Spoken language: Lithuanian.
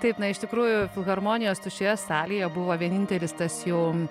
taip na iš tikrųjų filharmonijos tuščioje salėje buvo vienintelis tas jų